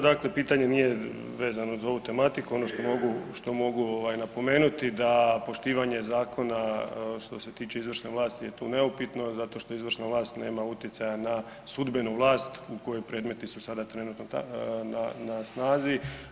Dakle, pitanje nije vezano za ovu tematiku, ovo što mogu, što mogu ovaj napomenuti da poštivanje zakona što se tiče izvršne vlasti je tu neupitno zato što izvršna vlast nema utjecaja na sudbenu vlast u kojoj predmeti su sada trenutno na snazi.